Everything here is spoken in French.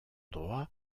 droit